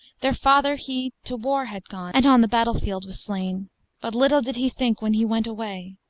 their father he to war had gone, and on the battle-field was slain but little did he think when he went away,